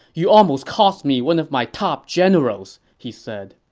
you almost cost me one of my top generals! he said